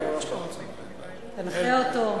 תנחה אותו.